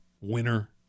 Winner